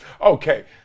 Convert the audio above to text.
Okay